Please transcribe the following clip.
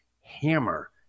hammer